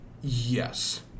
Yes